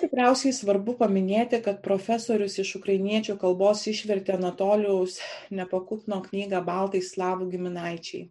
tikriausiai svarbu paminėti kad profesorius iš ukrainiečių kalbos išvertė anatolijaus napakupno knygą baltai slavų giminaičiai